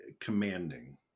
commanding